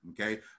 okay